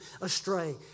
astray